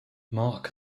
mark